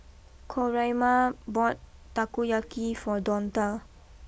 Coraima bought Takoyaki for Donta